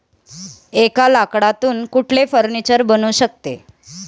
एका लाकडातून कुठले फर्निचर बनू शकते?